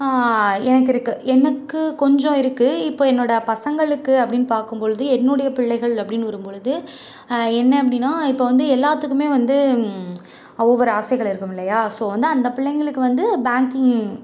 எனக்கு இருக்குது எனக்கு கொஞ்சம் இருக்குது இப்போது என்னோடய பசங்களுக்கு அப்படின் பார்க்கும்பொழுது என்னுடைய பிள்ளைகள் அப்படினு வரும்பொழுது என்ன அப்படின்னா இப்போ வந்து எல்லாத்துக்குமே வந்து ஒவ்வொரு ஆசைகள் இருக்கும் இல்லையா ஸோ வந்து அந்த பிள்ளைங்களுக்கு வந்து பேங்க்கிங்